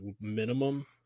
minimum